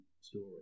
story